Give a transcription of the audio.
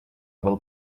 will